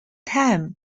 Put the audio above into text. time